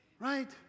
Right